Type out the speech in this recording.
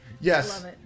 Yes